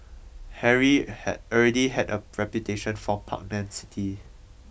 Harry had already had a reputation for pugnacity